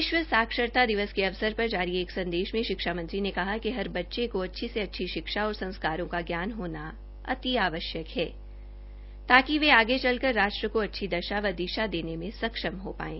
विश्व साक्षरता दिवस के अवसर पर जारी एक संदेश में शिक्षा मंत्री ने कहा कि हर बच्चे को अच्छी से अच्छी शिक्षा और संस्कारों का ज्ञान होना अति आवश्यक है ताकि वे आगे चलकर राष्ट्र को अच्छी दशा व दिशा देने में सक्षम हो पाएं